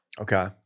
okay